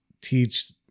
teach